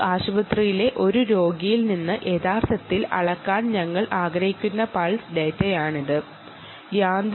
ഒരു ആശുപത്രിയിലെ ഒരു രോഗിയിൽ നിന്ന് അളക്കാൻ ആഗ്രഹിക്കുന്ന പൾസ് ഡാറ്റയാണിത്